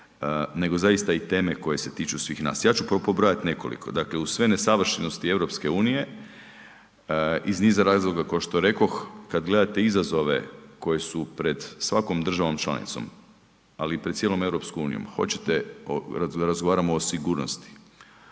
nego zaista i teme koje se tiču svih nas. Ja ću pobrojat nekoliko, dakle uz sve nesavršenosti EU iz niza razloga ko što rekoh kad gledate izazove koje su pred svakom državom članicom, ali i pred cijelom EU hoćete razgovaramo o sigurnosti,